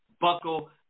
buckle